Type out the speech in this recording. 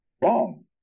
wrong